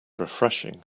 refreshing